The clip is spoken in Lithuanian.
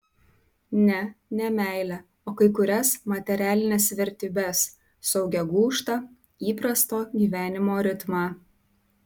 ne ne meilę o kai kurias materialines vertybes saugią gūžtą įprasto gyvenimo ritmą